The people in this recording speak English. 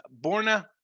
Borna